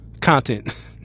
content